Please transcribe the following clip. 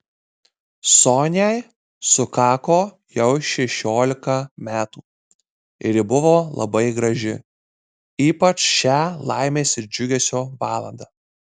soniai sukako jau šešiolika metų ir ji buvo labai graži ypač šią laimės ir džiugesio valandą